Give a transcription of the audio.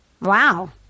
wow